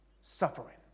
suffering